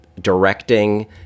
directing